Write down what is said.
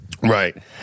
Right